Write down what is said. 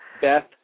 Beth